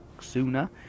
sooner